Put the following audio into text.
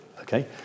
okay